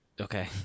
Okay